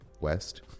West